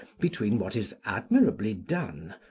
between what is admirably done,